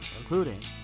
including